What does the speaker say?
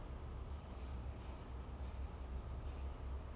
that it has to come like a full circle like that's what they believe in